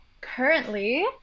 Currently